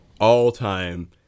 all-time